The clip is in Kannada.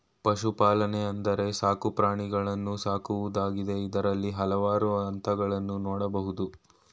ಪಶುಪಾಲನೆ ಅಂದ್ರೆ ಸಾಕು ಪ್ರಾಣಿಗಳನ್ನು ಸಾಕುವುದಾಗಿದೆ ಇದ್ರಲ್ಲಿ ಹಲ್ವಾರು ಹಂತಗಳನ್ನ ನೋಡ್ಬೋದು